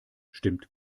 stimmt